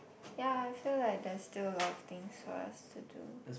ya I feel like there's still a lot of things for us to do